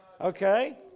Okay